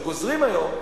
שגוזרים היום.